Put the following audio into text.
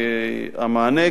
מה המענה,